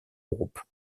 groupe